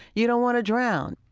you don't want to drown